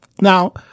Now